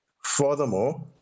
Furthermore